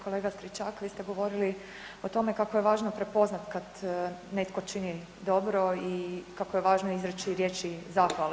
Kolega Stričak vi ste govorili o tome kako je važno prepoznati kad netko čini dobro i kako je važno izreći riječi zahvale.